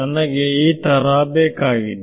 ನನಗೆ ಈ ತರಹ ಬೇಕಾಗಿದೆ